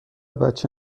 بچه